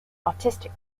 autistic